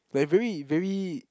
like very very